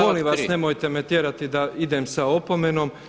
Molim vas, nemojte me tjerati da idem sa opomenom.